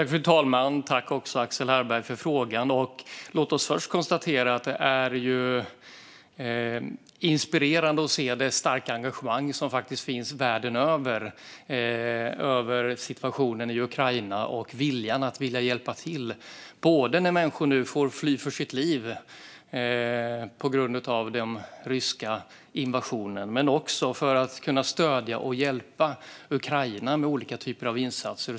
Fru talman! Tack för frågan, Axel Hallberg! Det är inspirerande att se det starka engagemang som finns världen över för situationen i Ukraina och viljan att hjälpa till när människor på grund av den ryska invasionen får fly för sina liv men också för att stödja och hjälpa Ukraina med olika typer av insatser.